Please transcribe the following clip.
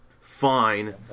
fine